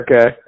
Okay